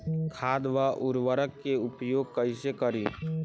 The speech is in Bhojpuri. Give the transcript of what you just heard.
खाद व उर्वरक के उपयोग कईसे करी?